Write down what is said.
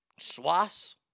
Swass